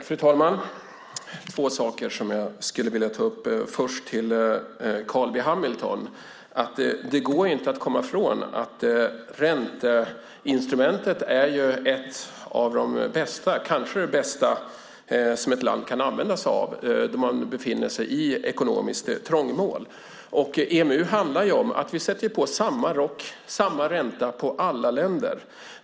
Fru talman! Det är två saker som jag skulle vilja ta upp. Jag vänder mig först till Carl B Hamilton: Det går inte att komma ifrån att ränteinstrumentet är ett av de bästa, kanske det allra bästa, som ett land kan använda sig av när man befinner sig i ekonomiskt trångmål. EMU handlar om att vi sätter samma rock, samma ränta på alla länder.